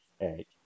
Hey